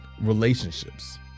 relationships